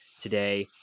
today